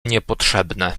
niepotrzebne